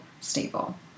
stable